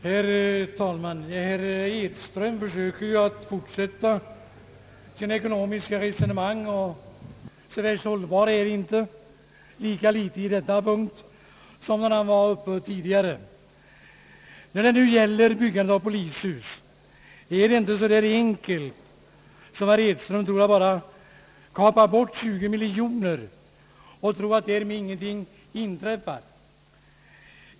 Herr talman! Herr Edström försöker fortsätta sina ekonomiska resonemang. Så värst hållbara är de inte, lika litet vid denna punkt som när han var uppe tidigare. När det gäller byggande av polishus är det inte så enkelt som herr Edström föreställer sig nämligen att bara kapa bort 20 miljoner kronor och tro att därmed ingenting inträffar.